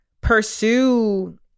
pursue